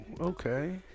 okay